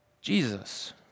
Jesus